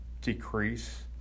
decrease